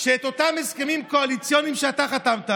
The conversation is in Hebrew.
שאותם הסכמים קואליציוניים שאתה חתמת עליהם,